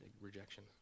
rejection